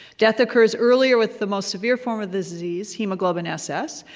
death occurs earlier with the most severe form of the disease, hemoglobin ss,